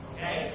Okay